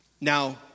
Now